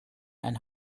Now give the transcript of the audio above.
and